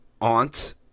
aunt